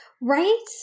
Right